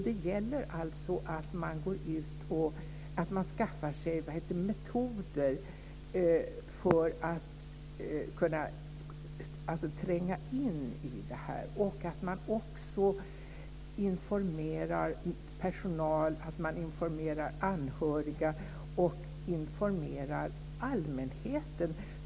Det gäller alltså att man går ut och skaffar sig metoder för att kunna tränga in i detta och att man också informerar personal, anhöriga och allmänheten.